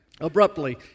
abruptly